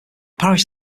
parish